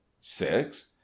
six